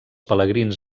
pelegrins